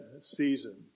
season